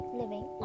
living